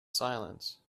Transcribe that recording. silence